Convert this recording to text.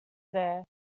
there